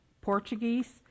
Portuguese